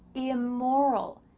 immoral,